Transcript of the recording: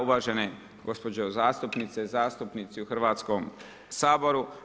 uvažene gospođe zastupnice i zastupnici u Hrvatskom saboru.